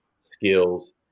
skills